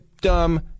Dumb